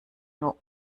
nur